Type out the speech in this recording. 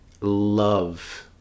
love